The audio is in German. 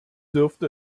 dürfte